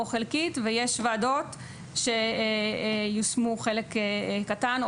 או חלקית ויש וועדות שיושמו חלק קטן,